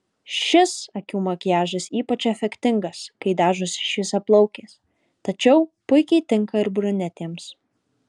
šis akių makiažas ypač efektingas kai dažosi šviesiaplaukės tačiau puikiai tinka ir brunetėms